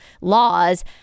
laws